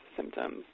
symptoms